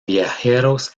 viajeros